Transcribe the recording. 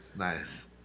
Nice